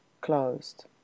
closed